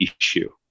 issue